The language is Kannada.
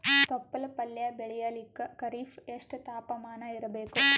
ತೊಪ್ಲ ಪಲ್ಯ ಬೆಳೆಯಲಿಕ ಖರೀಫ್ ಎಷ್ಟ ತಾಪಮಾನ ಇರಬೇಕು?